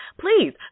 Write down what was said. Please